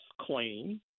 claim